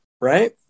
right